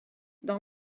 dans